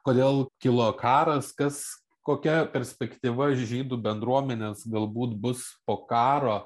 kodėl kilo karas kas kokia perspektyva žydų bendruomenės galbūt bus po karo